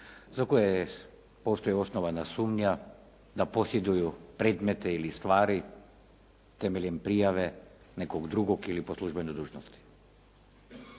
za koje postoji osnovana sumnja da posjeduju predmete ili stvari temeljem prijave nekog drugog ili po službenoj dužnosti.